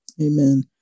Amen